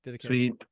Sweet